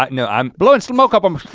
um no i'm blowin' smoke up um